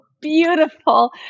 beautiful